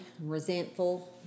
resentful